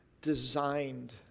designed